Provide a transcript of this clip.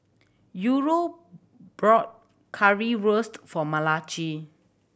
Eura brought Currywurst for Malachi